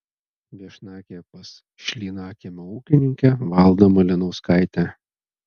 viešnagė pas šlynakiemio ūkininkę valdą malinauskaitę